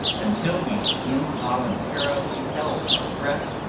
until we involuntarily held our breath,